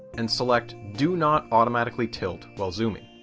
and select do not automatically tilt while zooming.